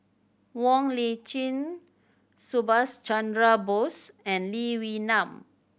Wong Lip Chin Subhas Chandra Bose and Lee Wee Nam